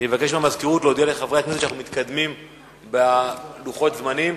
אבקש מהמזכירות להודיע לחברי הכנסת שאנחנו מתקדמים בלוחות הזמנים,